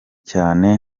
cyane